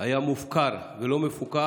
מופקר ולא מפוקח,